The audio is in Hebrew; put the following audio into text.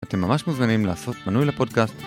אתם ממש מוזמנים לעשות מנוי לפודקאסט